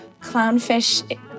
clownfish